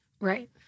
Right